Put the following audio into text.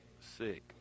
sick